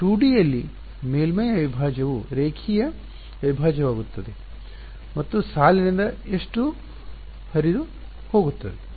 2ಡಿ ಯಲ್ಲಿ ಮೇಲ್ಮೈ ಅವಿಭಾಜ್ಯವು ರೇಖೆಯ ಅವಿಭಾಜ್ಯವಾಗುತ್ತದೆ ಮತ್ತು ಸಾಲಿನಿಂದ ಎಷ್ಟು ಹರಿವು ಹೋಗುತ್ತದೆ